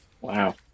Wow